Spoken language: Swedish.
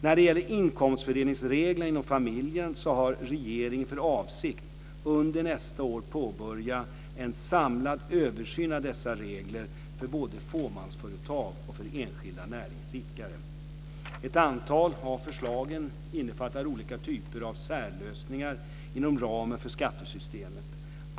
När det gäller inkomstfördelningsreglerna inom familjen har regeringen för avsikt att under nästa år påbörja en samlad översyn av dessa regler för både fåmansföretag och för enskilda näringsidkare. Ett antal av förslagen innefattar olika typer av särlösningar inom ramen för skattesystemet.